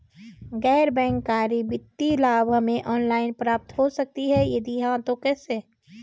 गैर बैंक करी वित्तीय लाभ हमें ऑनलाइन प्राप्त हो सकता है यदि हाँ तो कैसे?